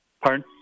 Pardon